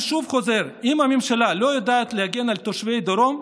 אני חוזר שוב: אם הממשלה לא יודעת להגן על תושבי הדרום,